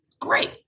great